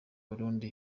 burundi